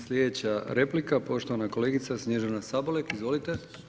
Sljedeća replika poštovana kolegica Snježana Sabolek, izvolite.